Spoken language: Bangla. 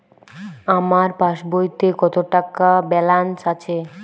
আমার পাসবইতে কত টাকা ব্যালান্স আছে?